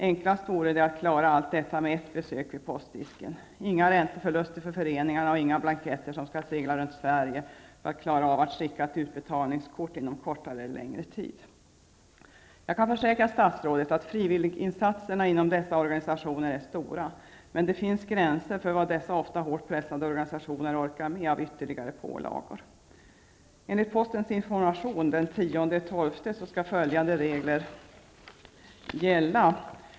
Enklast vore det att klara av allt detta med ett besök vid postdisken. Inga ränteförluster för föreningarna, och inga blanketter som skall segla runt Sverige för att klara av att skicka ett utbetalningskort inom kortare eller längre tid. Jag kan försäkra statsrådet att frivilliginsatserna inom dessa organisationer är stora. Men det finns gränser för vad dessa ofta hårt pressade organisationer orkar med av ytterligare pålagor. Enligt information från posten den 10 december skall följande regler gälla.